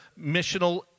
missional